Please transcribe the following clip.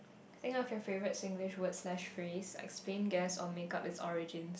think of your favourite Singlish word slash phrase explain guess or make up it's origins